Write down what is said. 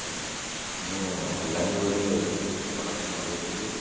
ଆଜ୍ଞା ମୁଁ ଅନଲାଇନ୍ରେ ଗୋଟେ ପ୍ରଡ଼କ୍ଟ ମଗେଇଥିଲି